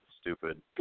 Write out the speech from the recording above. stupid